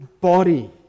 body